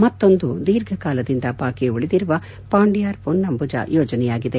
ಮತ್ತೊಂದು ದೀರ್ಘಕಾಲದಿಂದ ಬಾಕಿ ಉಳಿದಿರುವ ಪಾಂಡಿಯಾರ್ ಪುನ್ನಂಬುಜಾ ಯೋಜನೆಯಾಗಿದೆ